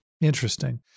Interesting